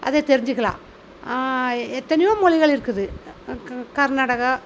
அதை தெரிஞ்சிக்கலாம் எத்தனையோ மொழிகள் இருக்குது க கர்நாடகா